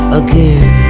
again